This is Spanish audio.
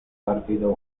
partido